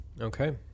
Okay